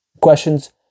Questions